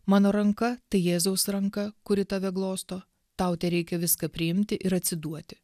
mano ranka tai jėzaus ranka kuri tave glosto tau tereikia viską priimti ir atsiduoti